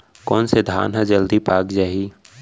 कोन से धान ह जलदी पाक जाही?